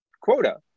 quota